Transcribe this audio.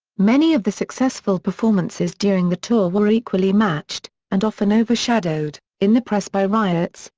many of the successful performances during the tour were equally matched, and often overshadowed, in the press by riots,